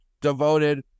devoted